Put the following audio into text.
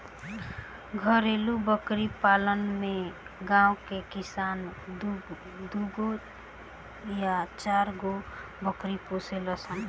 घरेलु बकरी पालन में गांव के किसान दूगो आ चारगो बकरी पोसेले